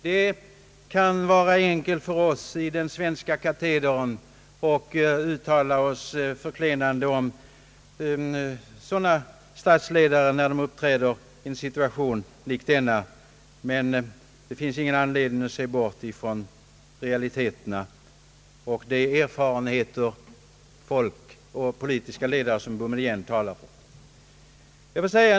Det kan vara enkelt för oss i den svenska katedern att uttala oss mästrande om sådana statsledare när de uppträder i en situation som denna. Det finns emellertid ingen anledning att se bort från realiteterna och från de erfarenheter som politiska ledare som Boumedienne själva haft.